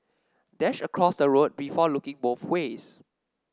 dash across the road before looking both ways